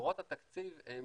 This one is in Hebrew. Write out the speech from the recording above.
מקורות התקציב הם